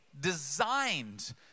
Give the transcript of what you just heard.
designed